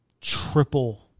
triple-